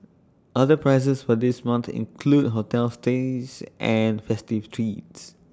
other prizes for this month include hotel stays and festive treats